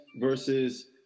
versus